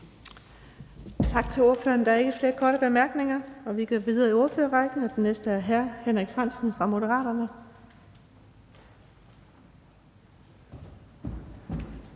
Tak til ordføreren. Der er ikke flere korte bemærkninger. Vi går videre i ordførerrækken, og den næste er hr. Henrik Frandsen fra Moderaterne.